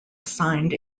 assigned